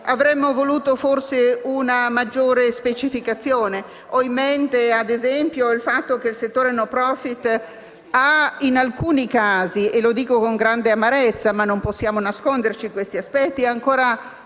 avremmo forse voluto una maggiore specificazione. Ho in mente - ad esempio - il fatto che il settore *no profit* in alcuni casi - e lo dico con grande amarezza, ma non possiamo nasconderci questi aspetti - ha ancora